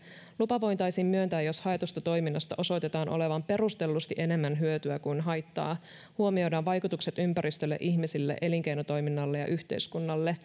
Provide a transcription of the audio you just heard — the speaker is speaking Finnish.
lupa voitaisiin myöntää jos haetusta toiminnasta osoitetaan olevan perustellusti enemmän hyötyä kuin haittaa huomioiden vaikutukset ympäristölle ihmisille elinkeinotoiminnalle ja yhteiskunnalle